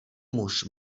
muž